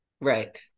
right